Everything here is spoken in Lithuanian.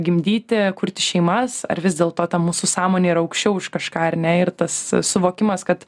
gimdyti kurti šeimas ar vis dėlto ta mūsų sąmonė yra aukščiau už kažką ar ne ir tas suvokimas kad